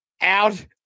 out